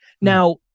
Now